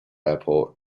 airport